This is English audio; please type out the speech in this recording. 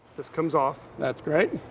this comes off, that's correct.